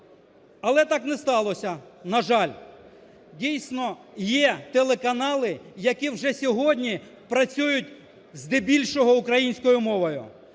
Але так не сталося, на жаль, дійсно є телеканали, які вже сьогодні працюють здебільшого українською мовою,